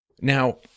Now